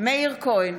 מאיר כהן,